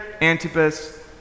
Antipas